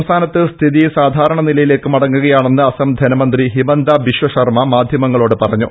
സംസ്ഥാനത്ത് സ്ഥിതി സാധാരണ നിലയിലേക്ക് മടങ്ങുകയാണെന്ന് അസം ധനമന്ത്രി ഹിമന്ത ബിശ്വ ശർമ്മ മാധ്യമങ്ങളോട് പറഞ്ഞു